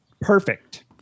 Perfect